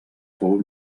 fou